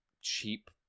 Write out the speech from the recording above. cheap